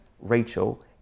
Rachel